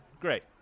Great